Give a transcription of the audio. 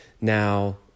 Now